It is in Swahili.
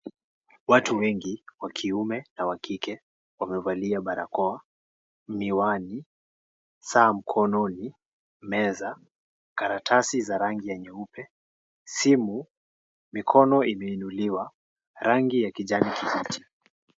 Watu wengi wa kiume na wa kike. Wamevalia barakoa, miwani, saa mkononi, meza, karatasi za rangi ya nyeupe, simu, mikono imeinuliwa, rangi ya kijani kibichi.